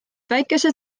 väikese